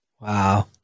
Wow